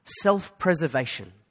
self-preservation